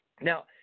Now